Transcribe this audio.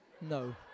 no